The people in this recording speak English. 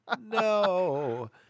No